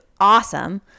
awesome